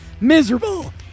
Miserable